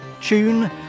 tune